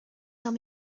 tell